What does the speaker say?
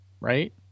right